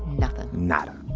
nothing nada